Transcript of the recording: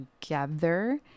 together